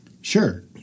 Sure